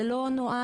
זה לא נועד,